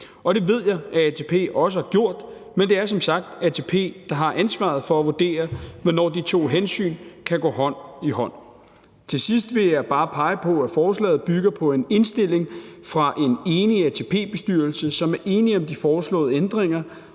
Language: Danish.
det ved jeg også at ATP har gjort, men det er som sagt ATP, der har ansvaret for at vurdere, hvornår de to hensyn kan gå hånd i hånd. Til sidst vil jeg bare pege på, at forslaget bygger på en indstilling fra en enig ATP-bestyrelse, som bakker op om foreslåede ændringer,